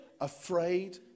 afraid